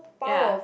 ya